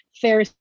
fair